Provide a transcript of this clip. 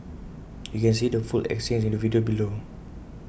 you can see the full exchange in the video below